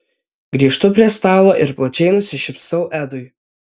grįžtu prie stalo ir plačiai nusišypsau edui